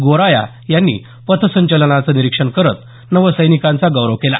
गोराया यांनी पथ संचलनाचं निरीक्षण करत नवसैनिकांचा गौरव केला